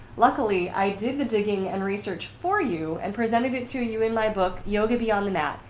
luckily, i did the digging and research for you and presented it to you in my book, yoga beyond the mat,